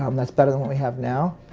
um that's better than what we have now,